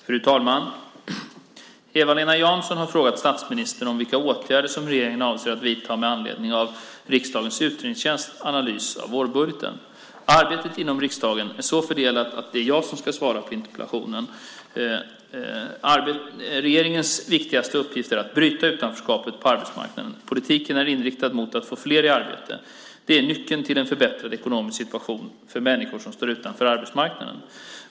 Fru talman! Eva-Lena Jansson har frågat statsministern vilka åtgärder regeringen avser att vidta med anledning av riksdagens utredningstjänsts analys av vårbudgeten. Arbetet inom regeringen är så fördelat att det är jag som ska svara på interpellationen. Regeringens viktigaste uppgift är att bryta utanförskapet på arbetsmarknaden. Politiken är inriktad mot att få fler i arbete. Det är nyckeln till en förbättrad ekonomisk situation för människor som står utanför arbetsmarknaden.